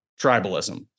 tribalism